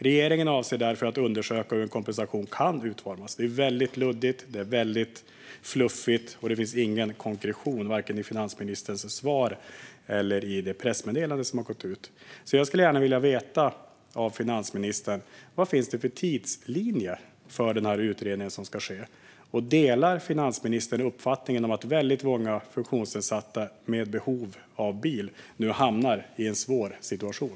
"Regeringen avser därför att undersöka hur en kompensation inom bilstödet kan utformas." Det är väldigt luddigt och fluffigt. Det finns ingen konkretion i vare sig finansministerns svar eller det pressmeddelande som har gått ut. Jag skulle därför gärna vilja veta av finansministern vilken tidslinje som finns för den utredning som ska göras. Delar finansministern uppfattningen att väldigt många funktionsnedsatta med behov av bil nu hamnar i en svår situation?